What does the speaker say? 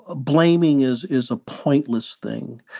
ah blaming is is a pointless thing.